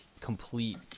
complete